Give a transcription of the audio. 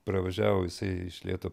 pravažiavo jisai iš lėto